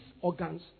organs